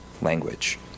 language